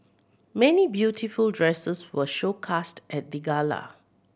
many beautiful dresses were showcased at the gala